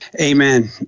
Amen